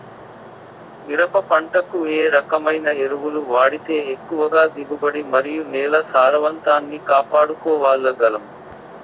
మిరప పంట కు ఏ రకమైన ఎరువులు వాడితే ఎక్కువగా దిగుబడి మరియు నేల సారవంతాన్ని కాపాడుకోవాల్ల గలం?